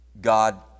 God